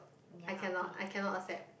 I cannot I cannot accept